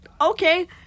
Okay